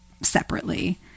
separately